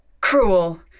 cruel